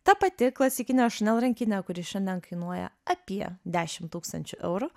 ta pati klasikinė chanel rankinė kuri šiandien kainuoja apie dešimt tūkstančių eurų